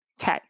Okay